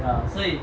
ya 所以